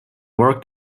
worked